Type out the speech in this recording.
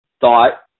thought